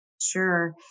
Sure